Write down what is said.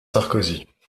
sarkozy